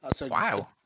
wow